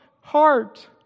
heart